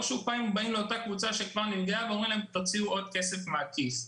באים שוב לאותה קבוצה שכבר נפגעה ואומרים לה: תוציאו עוד כסף מן הכיס.